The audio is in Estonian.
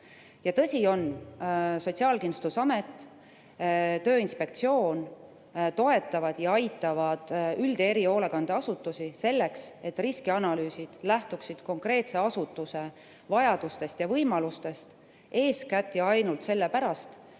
Tõsi on, et Sotsiaalkindlustusamet ja Tööinspektsioon toetavad ja aitavad üld- ja erihoolekandeasutusi selleks, et riskianalüüsid lähtuksid konkreetse asutuse vajadustest ja võimalustest eeskätt ja ainult selle pärast,